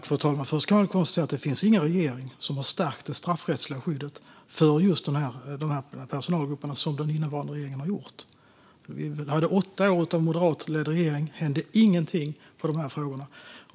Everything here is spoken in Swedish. Fru talman! Först kan jag konstatera att det inte finns några regeringar som har stärkt det straffrättsliga skyddet för just de här personalgrupperna som nuvarande regering har gjort. Vi hade åtta år av moderatledd regering, och det hände ingenting i de här frågorna.